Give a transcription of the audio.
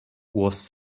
was